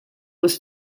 was